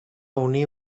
unir